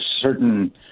certain